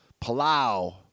Palau